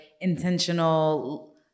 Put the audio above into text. intentional